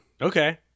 Okay